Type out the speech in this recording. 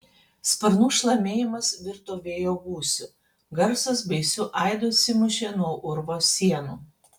sparnų šlamėjimas virto vėjo gūsiu garsas baisiu aidu atsimušė nuo urvo sienų